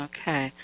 Okay